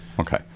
Okay